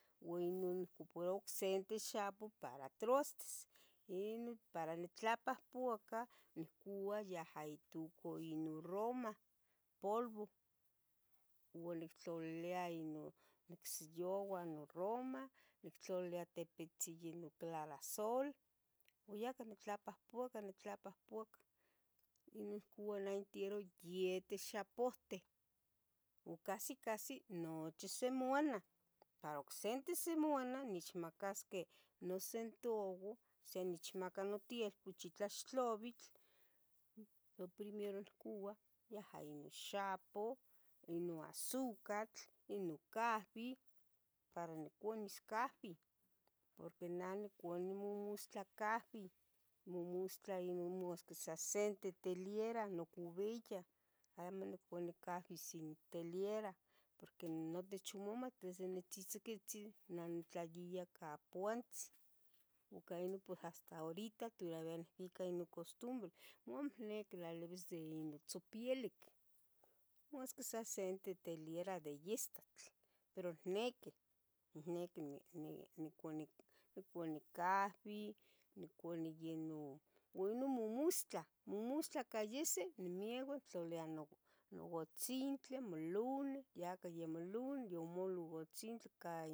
Ua inon, puro nocsente xapo para trastes, inon para nitlapuapaca nicua yaha itucaa ino roma polvo ua nictlalilia ino nicsiyua inon roma, nictlalilia tipitzi yeh non clarasol uan yah cah nitlapuahpaca nitlapuahpaca, ino ihco uala intero yete xapohteh u casi casi nochi semoana, para ocsente semana nechmacasqueh nocentuovo, se nechmaca notielpoch itlaxtlabil, lo primero inciuba yaha ino xapoh, ino azucatl, ino cahbi, para nicunis cahbi porque neh nicuni mumustla cahbi, imumustla mustla sa insente teliera nimocubia, amo nicuni cahbi sin teliera porque notich omomat desde nitzitzicotzi nah nitlaiya ica puantzin ica ino pos hasta horita toravia nicbica non custumbre, amo nihniqui tlalibis inon tzopielic masqui sa sente teliera de istatl pero ihniqui nic- nicu, nicuni, nicuni cahbi nicuni yeh inon ua no muhmustla mumustla cayesi nimeua intlalia no no utzintli muluni yaca yumolun yomulo utzintli ca